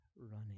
running